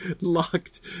locked